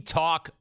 talk